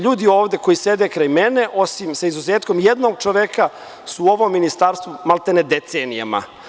Ljudi koji ovde sede kraj mene, osim sa izuzetkom jednog čoveka, su u ovom ministarstvu maltene decenijama.